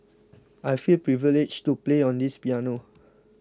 I feel privileged to play on this piano